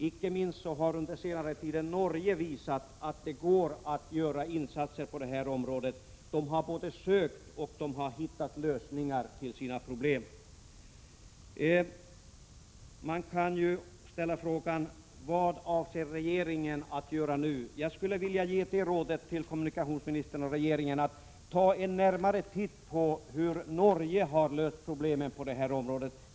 Icke minst har under senare tid Norge visat att det går att göra insatser på detta område. Norge har både sökt och hittat lösningar på sina problem. Man kan också fråga vad regeringen avser att göra nu. Jag skulle vilja ge kommunikationsministern och regeringen rådet att ta en närmare titt på hur Norge har löst problemen på detta område.